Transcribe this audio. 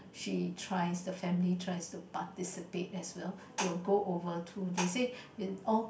she tries the family try to participate as well they will go over too they say in all